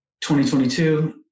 2022